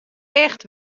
echt